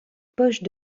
poche